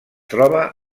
troba